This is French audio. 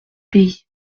pays